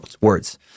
words